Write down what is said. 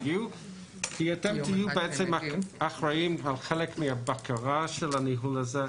כי אתם תהיו האחראים על חלק מהבקרה לגבול הזה.